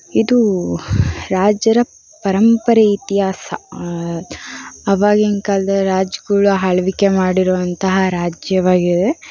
ಇದು ರಾಜರ ಪರಂಪರೆ ಇತಿಹಾಸ ಆವಾಗಿನ ಕಾಲದ ರಾಜ್ರುಗಳು ಆಳ್ವಿಕೆ ಮಾಡಿರುವಂತಹ ರಾಜ್ಯವಾಗಿದೆ